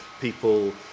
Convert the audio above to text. people